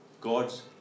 God's